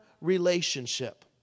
relationship